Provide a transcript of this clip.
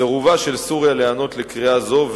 סירובה של סוריה להיענות לקריאה זו,